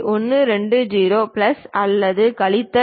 120 plus அல்லது கழித்தல் 0